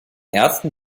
ersten